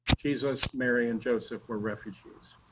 jesus, mary, and joseph were refugees.